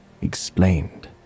explained